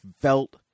felt